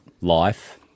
life